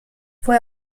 fue